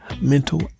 mental